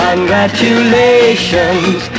Congratulations